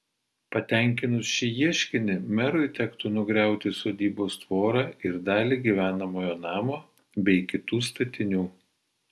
patenkinus šį ieškinį merui tektų nugriauti sodybos tvorą ir dalį gyvenamojo namo bei kitų statinių